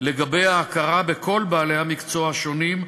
לגבי ההכרה בכל בעלי המקצוע השונים,